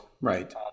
right